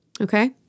Okay